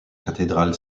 cathédrale